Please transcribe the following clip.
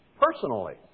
personally